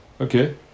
Okay